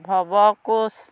Bhav Koch